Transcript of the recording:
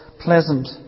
pleasant